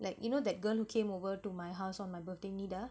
like you know that girl who came over to my house on my birthday need ah